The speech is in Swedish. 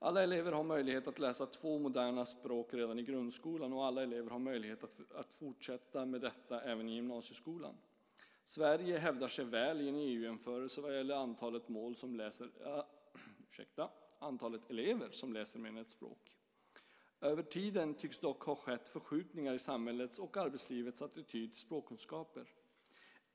Alla elever har möjlighet att läsa två moderna språk redan i grundskolan och alla elever har möjlighet att fortsätta med detta även i gymnasieskolan. Sverige hävdar sig väl i en EU-jämförelse vad gäller antalet elever som läser mer än ett språk. Över tiden tycks det dock ha skett förskjutningar i samhällets och arbetslivets attityd till språkkunskaper.